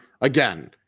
again